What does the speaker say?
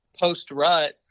post-rut